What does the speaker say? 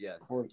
yes